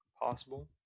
possible